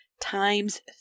times